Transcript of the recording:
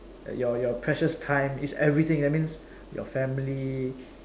your your precious time it's everything that means your family